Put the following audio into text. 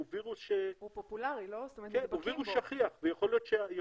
דברים טובים כמו 65 ואולי אפילו יותר מ-65.